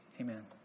Amen